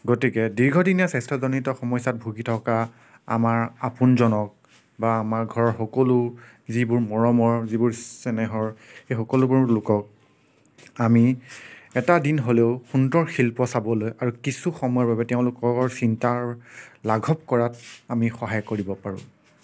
গতিকে দীৰ্ঘদিনীয়া স্বাস্থ্য়জনিত সমস্যাত ভুগি থকা আমাৰ আপোনজনক বা আমাৰ ঘৰৰ সকলো যিবোৰ মৰমৰ যিবোৰ চেনেহৰ সেই সকলোবোৰ লোকক আমি এটা দিন হ'লেও সুন্দৰ শিল্প চাবলৈ আৰু কিছু সময়ৰ বাবে তেওঁলোকৰ চিন্তাৰ লাঘৱ কৰাত আমি সহায় কৰিব পাৰোঁ